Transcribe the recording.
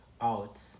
out